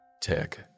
Tick